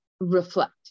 Reflect